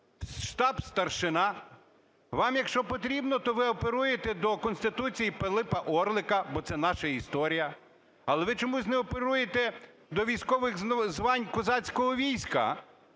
"штаб-старшина"? Вам якщо потрібно, то ви оперуєте до Конституції Пилипа Орлика, бо це наша історія. Але ви чомусь не оперуєте до військових звань козацького війська.